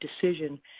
decision